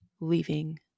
leaving